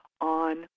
on